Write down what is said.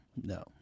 No